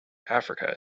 africa